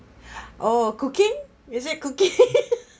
oh cooking is it cooking